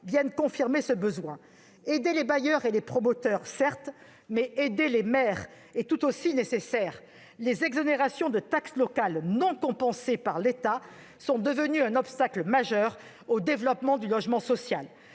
viennent confirmer ce besoin. Aider les bailleurs et les promoteurs est certes important, mais aider les maires est tout aussi nécessaire. Les exonérations de taxes locales non compensées par l'État sont devenues un obstacle majeur au développement du logement social.